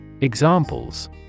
Examples